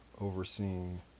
overseeing